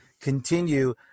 continue